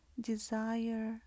desire